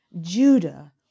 Judah